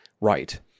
right